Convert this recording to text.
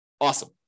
Awesome